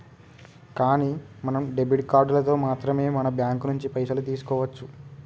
కానీ మనం డెబిట్ కార్డులతో మాత్రమే మన బ్యాంకు నుంచి పైసలు తీసుకోవచ్చు